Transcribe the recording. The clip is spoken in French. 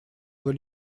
doit